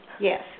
Yes